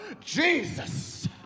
Jesus